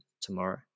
tomorrow